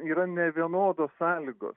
yra nevienodos sąlygos